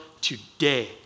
today